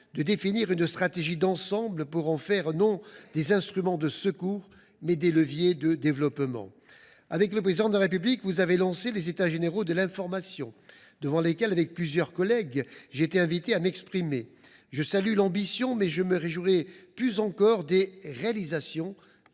de définir une stratégie d’ensemble pour faire de ces crédits non plus des instruments de secours, mais des leviers de développement. Avec le Président de la République, vous avez lancé les états généraux de l’information, devant lesquels, avec plusieurs collègues, j’ai été invité à m’exprimer. Si j’en salue l’ambition, je me réjouirai plus encore des réalisations,